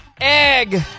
egg